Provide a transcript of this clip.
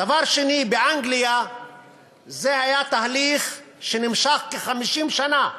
דבר נוסף, באנגליה זה היה תהליך שנמשך כ-50 שנה.